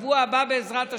ובשבוע הבא, בעזרת השם,